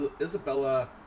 Isabella